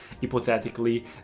hypothetically